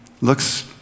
looks